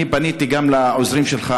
אני פניתי גם לעוזרים שלך.